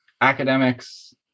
academics